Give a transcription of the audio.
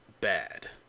bad